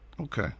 Okay